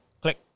click